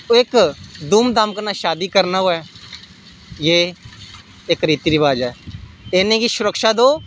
ओह् इक धूम धाम कन्नै शादी करना होए एह् इक रिती रवाज ऐ इ'नें गी सुरक्षा देओ